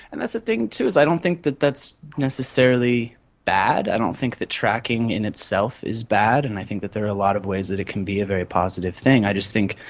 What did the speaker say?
and that's the thing too is i don't think that that's necessarily bad, i don't think that tracking in itself is bad, and i think that there are a lot of ways that it can be a very positive thing, i just think,